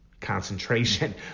concentration